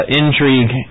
intrigue